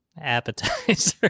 Appetizer